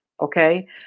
Okay